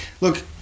Look